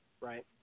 right